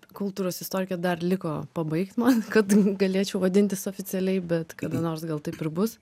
kultūros istorikę dar liko pabaigt man kad galėčiau vadintis oficialiai bet kada nors gal taip ir bus